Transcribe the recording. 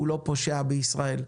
הוא לא פושע בישראל.